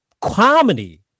comedy